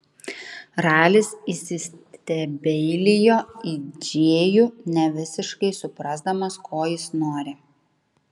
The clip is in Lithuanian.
ralis įsistebeilijo į džėjų nevisiškai suprasdamas ko jis nori